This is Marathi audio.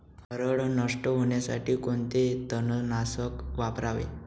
हरळ नष्ट होण्यासाठी कोणते तणनाशक वापरावे?